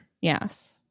yes